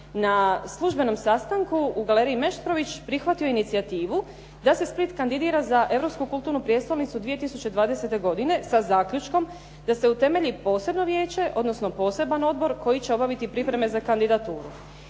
na službenom sastanku u Galeriji "Meštrović" prihvatio inicijativu da se Split kandidira za europsku kulturnu prijestolnicu 2020. godine sa zaključkom da se utemelji posebno vijeće odnosno poseban odbor koji će obaviti pripreme za kandidaturu.